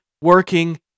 working